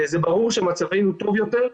זה ברור שמצבנו טוב יותר.